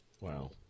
Wow